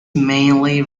mainly